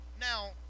now